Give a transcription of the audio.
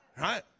Right